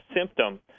symptom